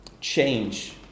change